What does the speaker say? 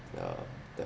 the